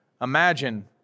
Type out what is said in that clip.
Imagine